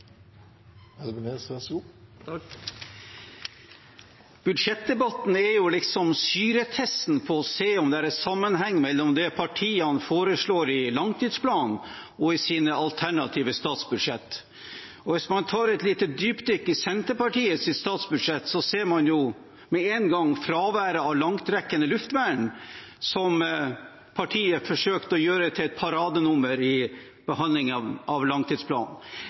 liksom syretesten på å se om det er sammenheng mellom det partiene foreslår i langtidsplanen og i sine alternative statsbudsjett. Og hvis man tar et lite dypdykk i Senterpartiets statsbudsjett, ser man jo med en gang fraværet av langtrekkende luftvern, som partiet forsøkte å gjøre til et paradenummer i behandlingen av langtidsplanen.